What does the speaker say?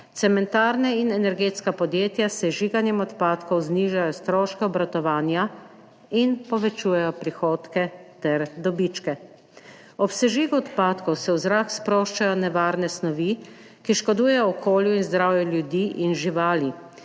Cementarne in energetska podjetja s sežiganjem odpadkov znižajo stroške obratovanja in povečujejo prihodke ter dobičke. Ob sežigu odpadkov se v zrak sproščajo nevarne snovi, ki škodujejo okolju in zdravju ljudi in živali.